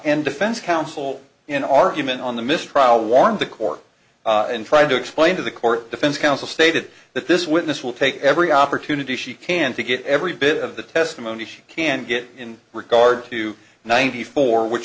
and defense counsel in argument on the mistrial warmed the court and tried to explain to the court defense counsel stated that this witness will take every opportunity she can to get every bit of the testimony she can get in regard to ninety four which